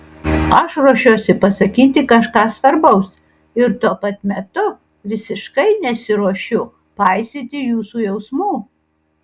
aš ruošiuosi pasakyti kažką svarbaus ir tuo pat metu visiškai nesiruošiu paisyti jūsų jausmų